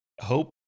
hope